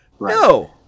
No